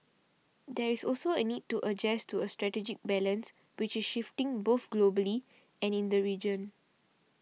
there is also a need to adjust to a strategic balance which is shifting both globally and in the region